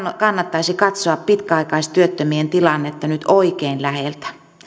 kannattaisi katsoa pitkäaikaistyöttömien tilannetta nyt oikein läheltä